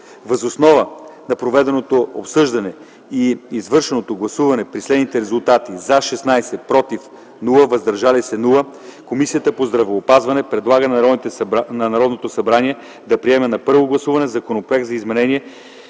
Въз основа на проведеното обсъждане и извършеното гласуване при следните резултати: „за” – 16, „против” и „въздържали се”- няма, Комисията по здравеопазването предлага на Народното събрание да приеме на първо гласуване Законопроект за изменение